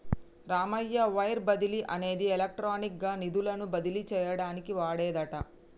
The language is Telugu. రామయ్య వైర్ బదిలీ అనేది ఎలక్ట్రానిక్ గా నిధులను బదిలీ చేయటానికి వాడేదట